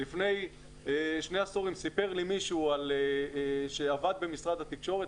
אבל לפני שני עשורים סיפר לי מישהו שעבד במשרד התקשורת